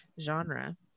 genre